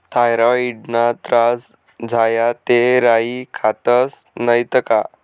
थॉयरॉईडना त्रास झाया ते राई खातस नैत का